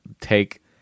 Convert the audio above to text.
take